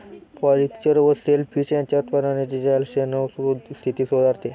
polyculture व shellfish यांच्या उत्पादनाने जलाशयांची स्थिती सुधारते